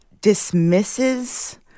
dismisses